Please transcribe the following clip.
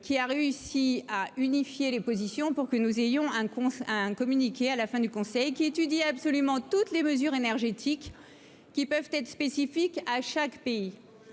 qui a réussi à unifier les positions pour que nous ayons un compte à un communiqué à la fin du Conseil, qui étudie absolument toutes les mesures énergétiques qui peuvent être spécifiques à chaque pays